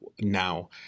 now